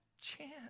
chance